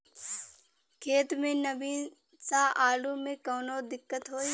खेत मे नमी स आलू मे कऊनो दिक्कत होई?